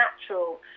natural